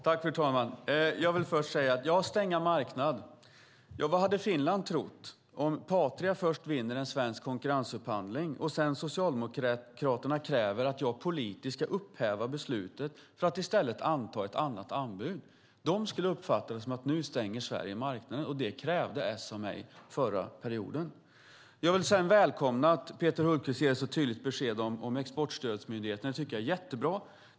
Fru talman! Peter Hultqvist tar upp detta med att man stänger en marknad. Vad skulle man i Finland tycka om Patria först vinner en svensk konkurrensupphandling och Socialdemokraterna sedan kräver att jag politiskt ska upphäva beslutet för att i stället anta ett annat anbud? Man skulle uppfatta det som att Sverige stänger marknaden. Det krävde S av mig förra perioden. Jag vill välkomna att Peter Hultqvist ger ett så tydligt besked om exportstödsmyndigheten. Det tycker jag är jättebra.